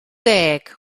deg